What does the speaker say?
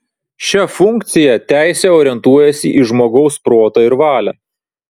šia funkciją teisė orientuojasi į žmogaus protą ir valią